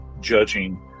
judging